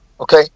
Okay